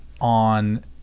on